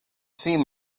seem